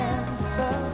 answer